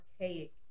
archaic